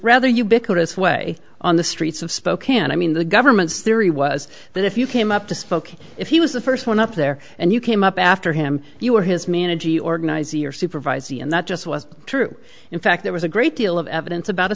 rather ubiquitous way on the streets of spokane i mean the government's theory was that if you came up to spoke if he was the first one up there and you came up after him you were his manner g organize your supervisor and that just wasn't true in fact there was a great deal of evidence about a